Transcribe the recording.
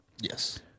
Yes